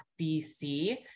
BC